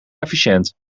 efficiënt